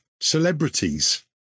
celebrities